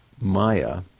Maya